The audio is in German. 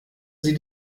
sie